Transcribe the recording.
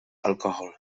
alkohol